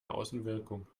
außenwirkung